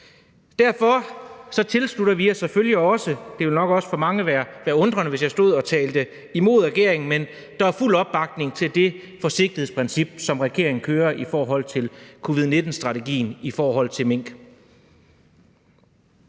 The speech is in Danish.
Derfor tilslutter vi os selvfølgelig også – det ville nok også undre mange, hvis jeg stod og talte mod regeringen – og der er fuld opbakning til det forsigtighedsprincip, som regeringen kører i forhold til covid-19-strategien i forhold til mink.